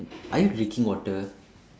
are you drinking water